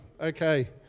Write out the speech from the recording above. okay